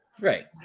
Right